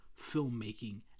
filmmaking